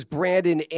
Brandon